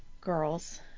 girls